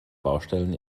baustellen